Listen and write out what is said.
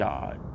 God